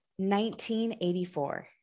1984